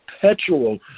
perpetual